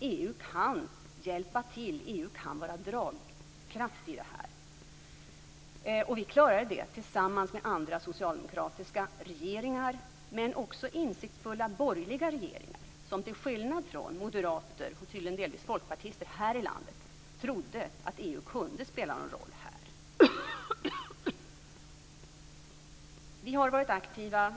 vi. EU kan hjälpa till, EU kan vara en dragkraft i det här. Vi klarade det tillsammans med andra socialdemokratiska regeringar men också insiktsfulla borgerliga regeringar som, till skillnad från moderater och delvis folkpartister här i landet, trodde att EU kunde spela en roll här. Vi har varit aktiva.